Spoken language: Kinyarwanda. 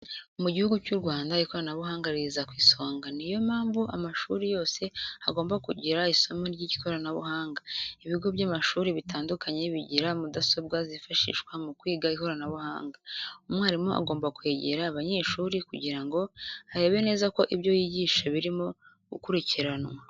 Mu gihugu cy'u Rwanda ikoranabuhanga riza ku isonga, niyo mpamvu amashuri yose agomba kugira isomo ry'ikoranabuhanga. Ibigo by'amashuri bitandukanye bigira mudasobwa zifashishwa mu kwiga ikoranabuhanga, umwarimu agomba kwegera abanyeshuri kugira ngo arebe neza ko ibyo yigisha birimo gukurikiranwa.